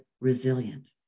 resilient